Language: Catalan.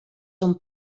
són